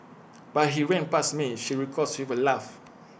but he ran past me she recalls with A laugh